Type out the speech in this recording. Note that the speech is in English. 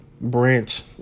branch